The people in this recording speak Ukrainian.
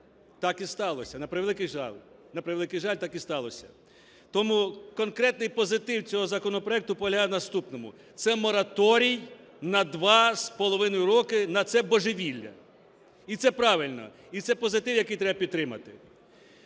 Так і сталося, на превеликий жаль. На превеликий жаль, так і сталося. Тому конкретний позитив цього законопроекту полягає в наступному: це мораторій на два з половиною роки на це божевілля, і це правильно, і це позитив, який треба підтримати.